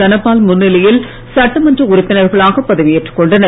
தனபால் முன்னிலையில் சட்டமன்ற உறுப்பினர்களாக பதவியேற்றுக்கொண்டனர்